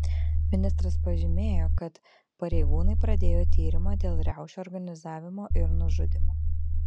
ministras pažymėjo kad pareigūnai pradėjo tyrimą dėl riaušių organizavimo ir nužudymo